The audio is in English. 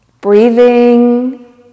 breathing